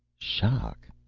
shock?